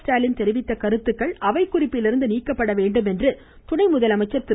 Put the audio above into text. ஸ்டாலின் தெரிவித்த கருத்துக்கள் அவை குறிப்பிலிருந்து நீக்கப்பட வேண்டும் என்று துணை முதலமைச்சர் திரு